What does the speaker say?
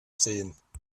sehen